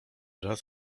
raz